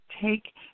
take